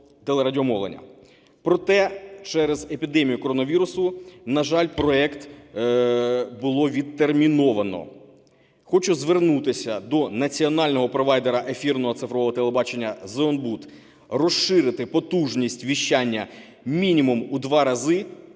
Проте через епідемію коронавірусу, на жаль, проект було відтерміновано. Хочу звернутися до національного провайдера ефірного цифрового телебачення "ЗЕОНБУД" розширити потужність віщання мінімум у два рази,